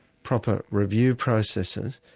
proper review processes,